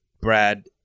Brad